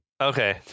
Okay